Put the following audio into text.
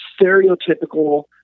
stereotypical